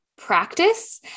practice